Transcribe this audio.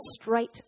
straight